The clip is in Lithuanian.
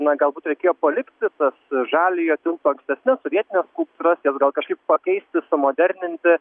na galbūt reikėjo palikti tas žaliojo tilto ankstesnes sovietines skulptūras jas gal kažkaip pakeisti sumoderninti